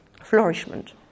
flourishment